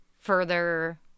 further